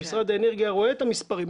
ומשרד האנרגיה רואה את המספרים,